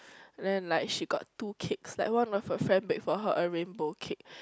then like she got two cakes like one of her friend bake for her a rainbow cake